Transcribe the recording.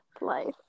Life